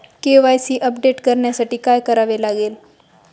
KYC update करण्यासाठी काय करावे लागेल?